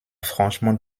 franchement